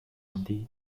降低